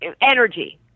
energy